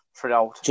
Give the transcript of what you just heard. throughout